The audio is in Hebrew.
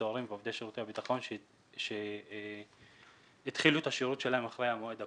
סוהרים ועובדי שירותי הביטחון שהתחילו את השירות שלהם אחרי המועד הקובע,